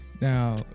Now